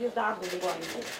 dėl darbo ligoninėj